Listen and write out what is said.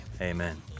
amen